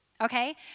Okay